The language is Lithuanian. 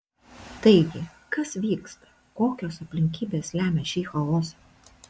taigi kas vyksta kokios aplinkybės lemia šį chaosą